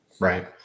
Right